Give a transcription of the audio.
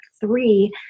three